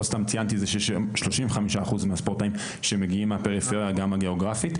לא סתם ציינתי את זה ש-35% מהספורטאים שמגיעים מהפריפריה גם הגיאוגרפית,